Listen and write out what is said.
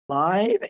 live